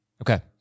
Okay